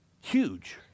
Huge